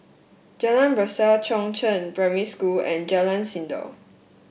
Jalan Besar Chongzheng Primary School and Jalan Sindor